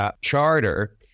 charter